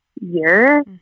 year